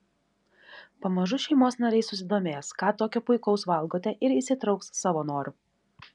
pamažu šeimos nariai susidomės ką tokio puikaus valgote ir įsitrauks savo noru